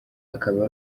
akaba